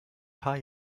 paar